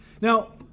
Now